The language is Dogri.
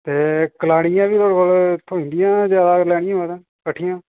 ते कलाड़ियां बी थुआढ़े कोला थ्होई जंदियां जादा लैनियां होन तां कट्ठियां